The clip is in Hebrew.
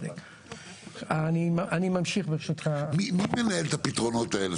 מי מנהל את הפתרונות האלה?